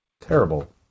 Terrible